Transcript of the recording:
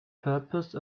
purpose